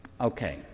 Okay